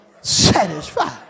satisfied